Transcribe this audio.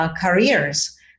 careers